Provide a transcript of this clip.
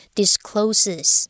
discloses